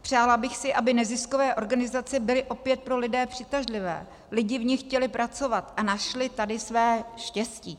Přála bych si, aby neziskové organizace byly opět pro lidi přitažlivé, lidi v nich chtěli pracovat a našli tady své štěstí.